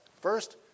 First